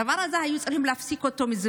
את הדבר הזה היו צריכים להפסיק מזמן.